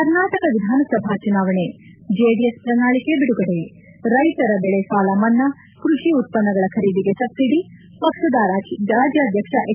ಕರ್ನಾಟಕ ವಿಧಾನಸಭಾ ಚುನಾವಣೆ ಜೆಡಿಎಸ್ ಪ್ರಣಾಳಿಕೆ ಬಿಡುಗಡೆ ರೈತರ ಬೆಳೆ ಸಾಲ ಮನ್ನಾ ಕೃಷಿ ಉತ್ಪನ್ನಗಳ ಖರೀದಿಗೆ ಸಬ್ಸಿಡಿ ಪಕ್ಷದ ರಾಜ್ಯಾಧಕ್ಷ ಎಚ್